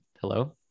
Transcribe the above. hello